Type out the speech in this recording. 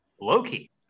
Loki